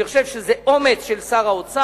אני חושב שזה אומץ של שר האוצר,